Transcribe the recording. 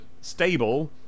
stable